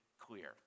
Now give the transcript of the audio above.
clear